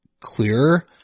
clearer